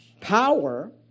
power